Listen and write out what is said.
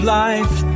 life